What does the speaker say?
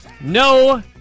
no